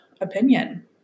opinion